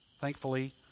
Thankfully